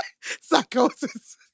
Psychosis